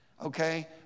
okay